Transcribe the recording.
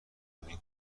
مومی